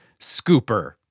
scooper